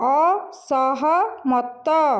ଅସହମତ